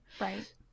right